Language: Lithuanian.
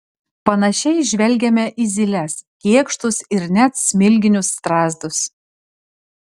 panašiai žvelgiame į zyles kėkštus ir net smilginius strazdus